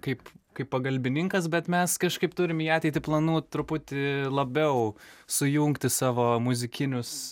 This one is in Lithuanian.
kaip kaip pagalbininkas bet mes kažkaip turim į ateitį planų truputį labiau sujungti savo muzikinius